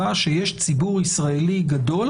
ברמה החוקתית: אי אפשר להעמיס על המהלך הזה את הכול.